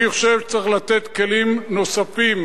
אני חושב שצריך לתת כלים נוספים,